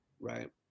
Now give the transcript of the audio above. right